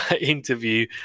interview